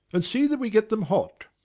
and see that we get them hot.